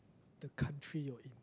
the country you're in